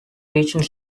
teaching